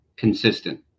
consistent